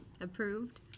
Approved